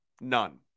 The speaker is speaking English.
None